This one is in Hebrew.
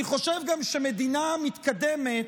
אני חושב גם שמדינה מתקדמת